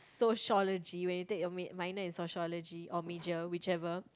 sociology when you take your mate minor in sociology or major whichever